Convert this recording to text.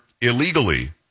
illegally